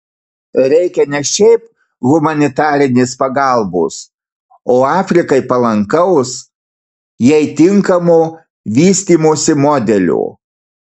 reikia ne šiaip humanitarinės pagalbos o afrikai palankaus jai tinkamo vystymosi modelio